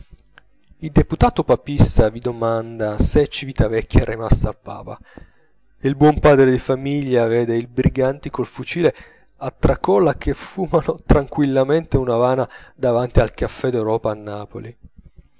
il deputato papista vi domanda se civitavecchia è rimasta al papa il buon padre di famiglia vede i briganti col fucile a tracolla che fumano tranquillamente un avana davanti al caffè d'europa a napoli